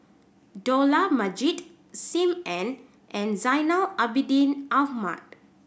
Dollah Majid Sim Ann and Zainal Abidin Ahmad